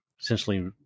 essentially